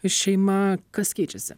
šeima kas keičiasi